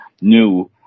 new